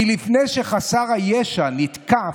כי לפני שחסר הישע נתקף,